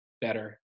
better